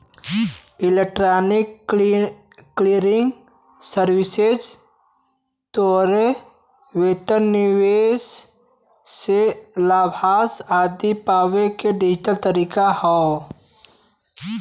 electronic clearing services तोहरे वेतन, निवेश से लाभांश आदि पावे क डिजिटल तरीका हौ